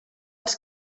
els